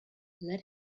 let